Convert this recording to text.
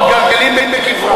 מתגלגלים בקברם.